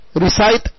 recite